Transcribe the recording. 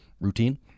routine